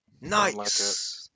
Nice